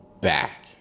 back